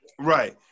Right